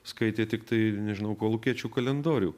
skaitė tiktai nežinau kolūkiečių kalendorių